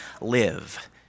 live